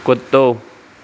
कुतो